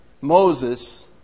Moses